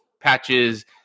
patches